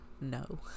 no